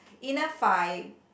enough vibe